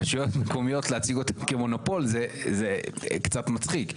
רשויות מקומיות להציג אותן כמונופול זה קצת מצחיק.